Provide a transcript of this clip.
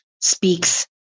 speaks